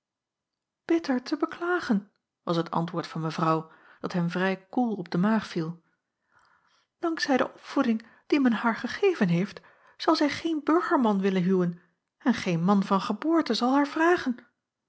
bitter te beklagen was het antwoord van mevrouw dat hem vrij koel op de maag viel dank zij de opvoeding die men haar gegeven heeft zal zij geen burgerman willen huwen en geen man van geboorte zal haar vragen